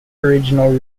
original